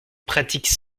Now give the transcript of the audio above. pratique